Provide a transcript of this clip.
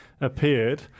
appeared